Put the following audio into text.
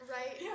Right